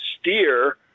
steer